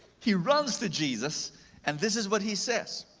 he runs to jesus and this is what he says.